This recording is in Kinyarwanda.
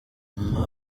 ngwa